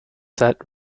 set